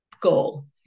goal